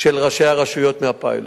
של ראשי הרשויות מהפיילוט.